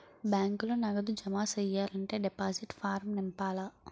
బ్యాంకులో నగదు జమ సెయ్యాలంటే డిపాజిట్ ఫారం నింపాల